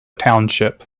township